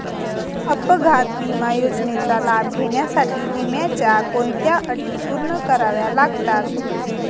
अपघात विमा योजनेचा लाभ घेण्यासाठी विम्याच्या कोणत्या अटी पूर्ण कराव्या लागतात?